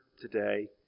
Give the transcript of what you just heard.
today